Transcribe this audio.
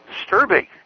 disturbing